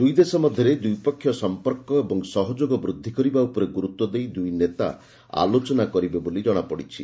ଦୂଇ ଦେଶ ମଧ୍ୟରେ ଦ୍ୱିପକ୍ଷୀୟ ସମ୍ପର୍କ ଓ ସହଯୋଗ ବୃଦ୍ଧି କରିବା ଉପରେ ଗୁରୁତ୍ୱ ଦେଇ ଦୁଇ ନେତା ଆଲୋଚନା କରିବେ ବୋଲି ଜଣାଯାଇଛି